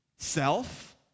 Self